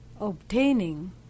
obtaining